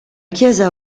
chiesa